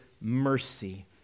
mercy